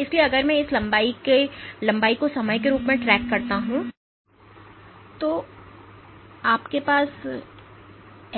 इसलिए अगर मैं इस लंबाई को समय के रूप में ट्रैक करता हूं और फिर इसकी प्रारंभिक लंबाई को सामान्य कर दिया जाता है तो आपके पास